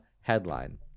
headline